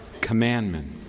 commandment